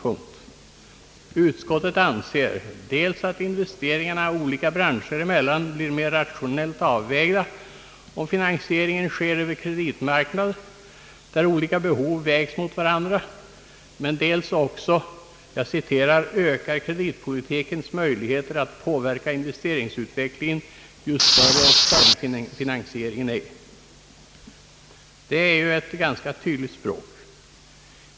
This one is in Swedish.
Utskottet anser dels att investeringarna olika branscher emellan blir mer rationellt avvägda, om finansieringen sker över en kreditmarknad där olika behov vägs mot varandra, men dels också att kreditpolitikens möjligheter att påverka investeringsutvecklingen ökar ju större externfinansieringen är. Detta är ju ett ganska tydligt språk.